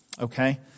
okay